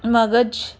ਮਗਜ਼